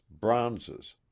bronzes